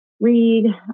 read